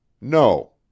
No